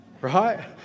right